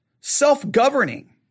Self-governing